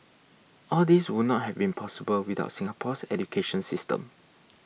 all these would not have been possible without Singapore's education system